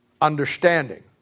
Understanding